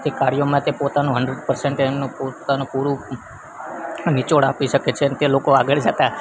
તે કાર્યમાં તે પોતાનું હંડરેડ પરસેન્ટ એનું પોતાનું પૂરું નિચોડ આપી શકે છે કે લોકો આગળ જતાં